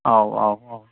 औ औ औ